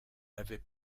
l’avait